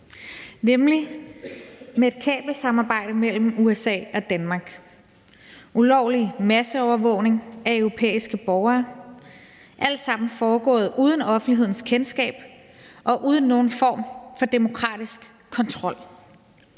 nemlig med et kabelsamarbejde mellem USA og Danmark, ulovlig masseovervågning af europæiske borgere – alt sammen foregået uden offentlighedens kendskab og uden nogen form for demokratisk kontrol.